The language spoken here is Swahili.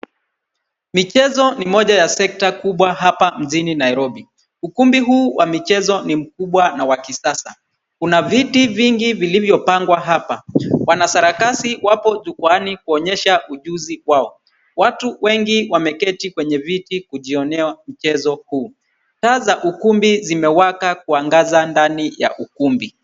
Michezo ni moja ya sekta kubwa hapa mjini Nairobi. Ukumbi huu wa michezo ni mkubwa na wa kisasa. Kuna viti vingi vilivyopangwa hapa. Wanasarakasi wapo jukwani kuonyesha ujuzi wao. Watu wengi wameketi kwenye viti kujionea michezo kuu. Taa za ukumbi zimewaka kuangaza ndani ya ukumbi.